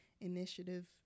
initiative